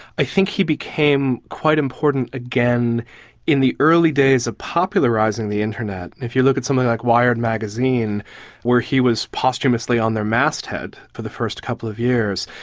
i think he became quite important again in the early days of popularising the internet. if you look at something like wired magazine where he was posthumously on their masthead for the first couple of years,